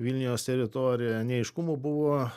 vilniaus teritorija neaiškumų buvo